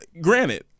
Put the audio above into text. granted